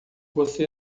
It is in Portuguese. você